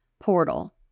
portal